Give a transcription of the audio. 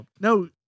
No